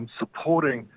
supporting